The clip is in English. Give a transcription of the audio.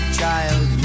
child